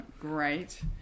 great